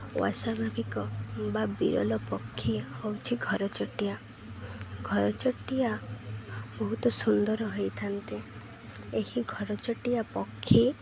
ଅସାଭାବିକ ବା ବିରଳ ପକ୍ଷୀ ହେଉଛି ଘରଚଟିଆ ଘରଚଟିଆ ବହୁତ ସୁନ୍ଦର ହୋଇଥାନ୍ତି ଏହି ଘରଚଟିଆ ପକ୍ଷୀ